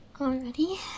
already